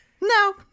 no